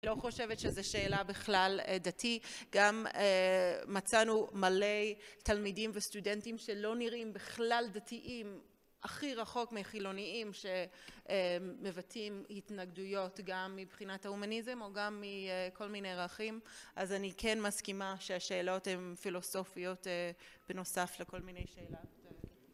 אני לא חושבת שזו שאלה בכלל דתי, גם מצאנו מלא תלמידים וסטודנטים שלא נראים בכלל דתיים, הכי רחוק מחילוניים, שמבטאים התנגדויות גם מבחינת ההומניזם או גם מכל מיני ערכים, אז אני כן מסכימה שהשאלות הן פילוסופיות בנוסף לכל מיני שאל..